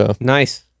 nice